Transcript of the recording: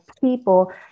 people